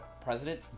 President